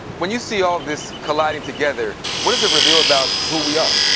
when you see all this colliding together, what does it reveal about who we are?